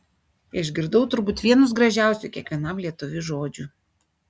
išgirdau turbūt vienus gražiausių kiekvienam lietuviui žodžių